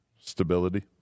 stability